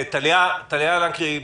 טליה לנקרי,